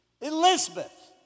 Elizabeth